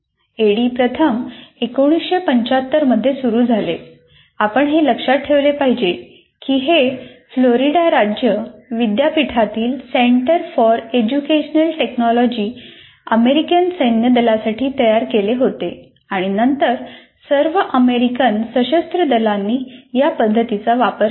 ऍडी प्रथम 1975 मध्ये सुरू झाले आणि आपण हे लक्षात ठेवले पाहिजे की हे फ्लोरिडा राज्य विद्यापीठातील सेंटर फॉर एज्युकेशनल टेक्नॉलॉजीने अमेरिकन सैन्य दलासाठी तयार केले होते आणि नंतर सर्व अमेरिकन सशस्त्र दलांनी या पद्धती्चा वापर केला